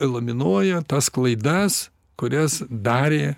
eliminuoja tas klaidas kurias darė